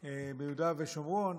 ביהודה ושומרון,